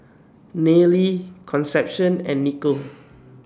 Nayely Concepcion and Nikko